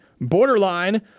Borderline